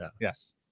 Yes